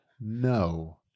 No